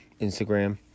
Instagram